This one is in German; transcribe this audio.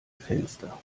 fenster